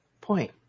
Point